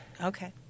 Okay